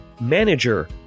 manager